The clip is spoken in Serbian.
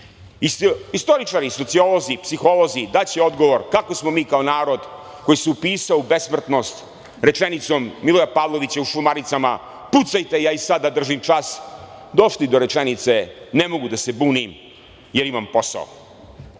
jeftinim. Istoričari, sociolozi, psiholozi daće odgovor kako smo mi kao narod koji se upisao u besmrtnost rečenicom Miloja Pavlovića u Šumaricama – pucajte, ja i sada držim čas, došli do rečenice – ne mogu da se bunim jer imam posao. Mi